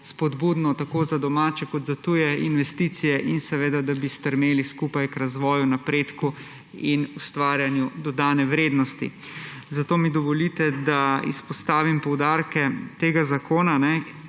spodbudno tako za domače kot za tuje investicije in da bi stremeli skupaj k razvoju, napredku in ustvarjanju dodane vrednosti. Zato mi dovolite, da izpostavim poudarke tega zakona.